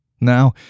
Now